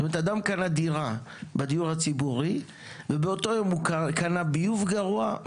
אדם קנה דירה בדיור הציבורי ובאותו יום הוא קנה ביוב גרוע,